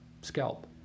scalp